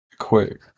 quick